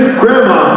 grandma